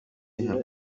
nka